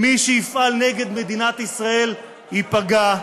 מי שיפעל נגד מדינת ישראל, ייפגע,